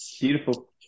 Beautiful